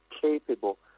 capable